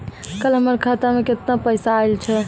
कल हमर खाता मैं केतना पैसा आइल छै?